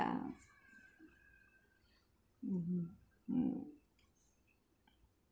mmhmm mm